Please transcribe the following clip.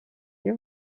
you